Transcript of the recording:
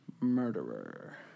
Murderer